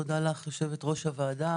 תודה לך יושבת ראש הוועדה.